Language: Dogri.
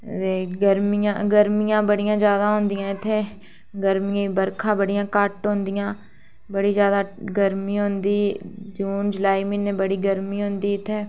ते गर्मियां बड़ियां जादै होंदियां इत्थै गर्मियें ई बर्खा बड़ियां घट्ट होंदियां बड़ी जादा गर्मी होंदी जून जुलाई बड़ी गर्मी होंदी इत्थै